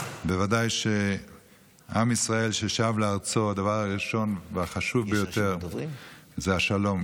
בוודאי שלעם ישראל ששב לארצו הדבר הראשון והחשוב ביותר זה השלום.